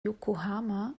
yokohama